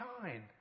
shine